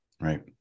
right